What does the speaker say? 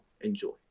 enjoy